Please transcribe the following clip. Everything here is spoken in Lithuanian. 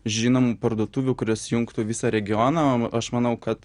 žinomų parduotuvių kurios jungtų visą regioną o aš manau kad